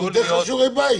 הוא נותן לך שיעורי בית.